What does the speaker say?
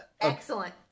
Excellent